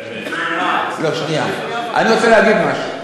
אני רוצה להגיד משהו.